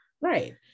Right